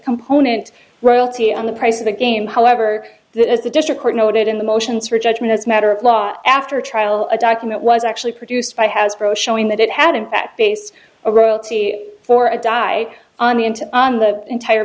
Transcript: component royalty on the price of the game however that as the district court noted in the motions for judgment as a matter of law after a trial a document was actually produced by hasbro showing that it had in fact based a royalty for a di on me into on the entire